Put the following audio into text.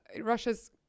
Russia's